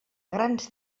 grans